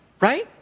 Right